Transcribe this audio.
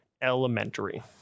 Elementary